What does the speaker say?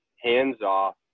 hands-off